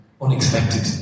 unexpected